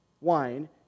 wine